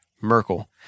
Merkel